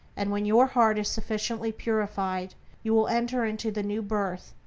and when your heart is sufficiently purified you will enter into the new birth,